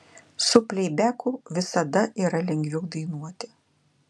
su pleibeku visada yra lengviau dainuoti